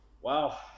Wow